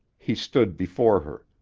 he stood before her,